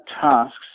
tasks